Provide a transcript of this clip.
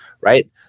right